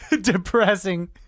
Depressing